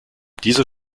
diese